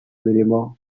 birimo